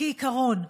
כעיקרון,